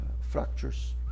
fractures